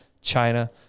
china